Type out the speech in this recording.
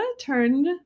turned